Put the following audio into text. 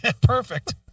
Perfect